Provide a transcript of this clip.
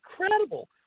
incredible